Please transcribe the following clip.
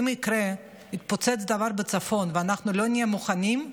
אם יתפוצץ דבר בצפון ואנחנו לא נהיה מוכנים,